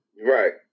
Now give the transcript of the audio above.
Right